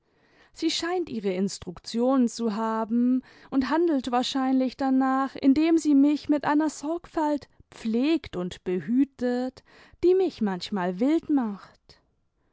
sie scheint ihre instruktionen zu haben und handelt wahrscheinlich danach indem sie mich mit einer sorgfalt pflegt und behütet die mich manchmal wild macht